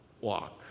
walk